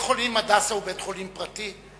בית-חולים "הדסה" הוא בית-חולים פרטי?